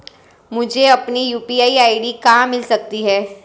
मुझे अपनी UPI ID कहां मिल सकती है?